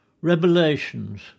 Revelations